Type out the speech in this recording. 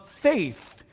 faith